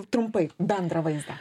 trumpai bendrą vaizdą